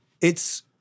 It's-